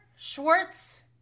Schwartz